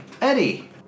Eddie